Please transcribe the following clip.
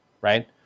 Right